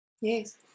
Yes